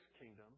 kingdom